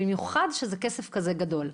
ובמיוחד כשזה כזה כסף גדול?